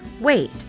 wait